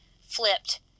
flipped